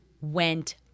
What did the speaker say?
went